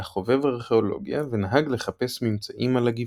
חובב ארכאולוגיה ונהג לחפש ממצאים על הגבעה.